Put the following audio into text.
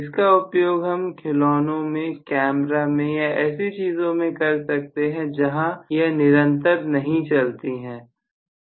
इसका उपयोग हम खिलौनों में कैमरा में या ऐसे चीजों में कर सकते हैं जहां यह निरंतर नहीं चलती हैं